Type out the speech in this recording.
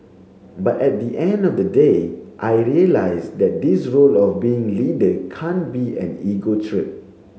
but at the end of the day I realised that this role of being leader can't be an ego trip